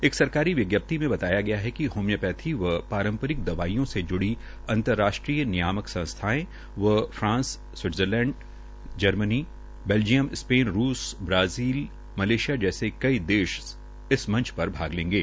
एक सरकारी विज्ञप्ति में बताया गया है कि होम्योपैंथी व पारमपरिक दवाइयों से जुड़ी अंतराष्ट्रीय नियामक संस्थाएं व फ्रांस स्विटज़रलैंडजर्मनी बेल्जियम स्पेन रूस ब्राजील मलेशिया जैसे कई देश मंच पर भाग लेंगे